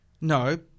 No